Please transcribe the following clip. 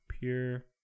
Pure